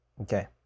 Okay